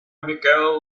michel